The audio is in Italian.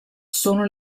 sono